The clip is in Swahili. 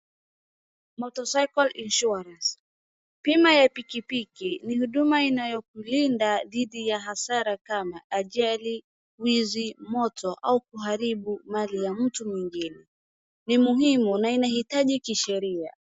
Motorcycle insurance , bima ya pikipiki ni huduma inayokulinda dhidi ya hasara kama ajali, wizi, moto au kuharibu mali ya mtu mwingine. Ni muhimu na inahitaji kisheria.